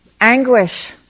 anguish